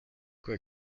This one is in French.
quoi